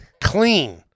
Clean